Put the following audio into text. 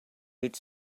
hit